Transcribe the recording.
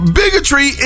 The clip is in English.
bigotry